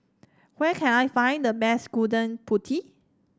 where can I find the best Gudeg Putih